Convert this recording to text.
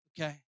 Okay